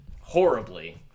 horribly